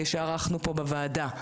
שערכנו פה בוועדה.